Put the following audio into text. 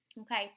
Okay